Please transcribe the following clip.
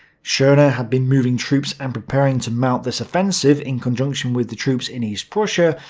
schorner had been moving troops and preparing to mount this offensive, in conjunction with the troops in east prussia,